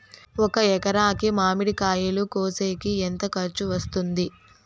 ఒక ఎకరాకి మామిడి కాయలు కోసేకి ఎంత ఖర్చు వస్తుంది?